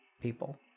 people